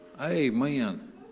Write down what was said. Amen